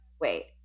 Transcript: wait